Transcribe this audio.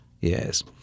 Yes